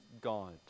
God